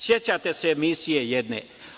Sećate se emisije jedne?